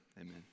Amen